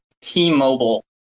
T-Mobile